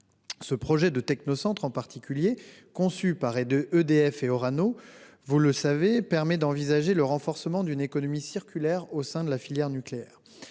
le projet de technocentre porté par EDF. Ce projet, conçu par EDF et Orano, permet, vous le savez, d'envisager le renforcement d'une économie circulaire au sein de la filière nucléaire.